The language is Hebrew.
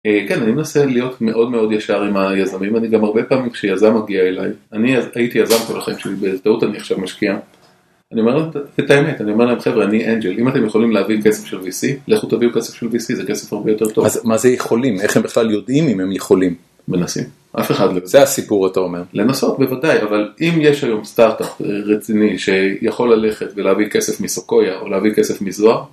כן, אני מנסה להיות מאוד מאוד ישר עם היזמים, אני גם הרבה פעמים כשיזם מגיע אליי, אני הייתי יזם כל החיים שלי, בטעות אני עכשיו משקיע, אני אומר להם את האמת, אני אומר להם חבר'ה, אני אנג'ל, אם אתם יכולים להביא כסף של VC, לכו תביאו כסף של VC, זה כסף הרבה יותר טוב. אז מה זה יכולים, איך הם בכלל יודעים אם הם יכולים? מנסים, אף אחד לא, זה הסיפור שאתה אומר. לנסות בוודאי, אבל אם יש היום סטארט-אפ רציני שיכול ללכת ולהביא כסף מסוקויה או להביא כסף מזוהר,